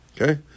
Okay